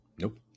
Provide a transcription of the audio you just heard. Nope